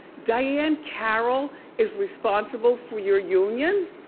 diahann carroll is responsible for your union?